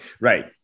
right